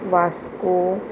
Vasco